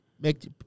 Make